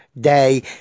day